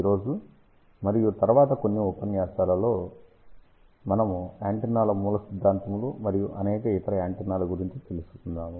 ఈ రోజు మరియు తరువాతి కొన్ని ఉపన్యాసాలలో మేము యాంటెన్నాల మూలసిద్దాంతములు మరియు అనేక ఇతర యాంటెన్నాల గురించి తెలుసుకుందాము